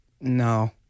no